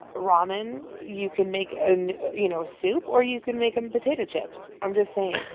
ramen you can make, and you know, a soup or you can make them potato chips. i'm just saying,